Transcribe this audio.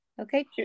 Okay